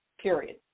period